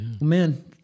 man